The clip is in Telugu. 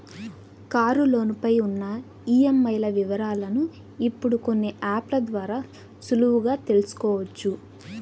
కారులోను పై ఉన్న ఈఎంఐల వివరాలను ఇప్పుడు కొన్ని యాప్ ల ద్వారా సులువుగా తెల్సుకోవచ్చు